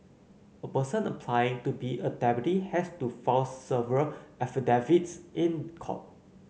a person applying to be a deputy has to file several affidavits in court